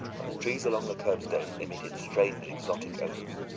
and the trees along the curbstone emitted strange exotic odors.